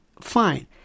fine